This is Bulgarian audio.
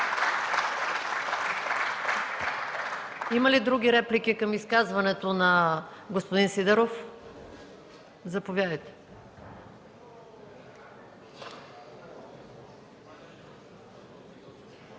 Има ли други реплики към изказването на господин Сидеров? Заповядайте.